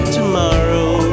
tomorrow